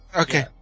Okay